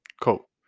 cool